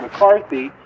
McCarthy